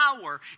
power